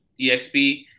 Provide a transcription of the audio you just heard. eXp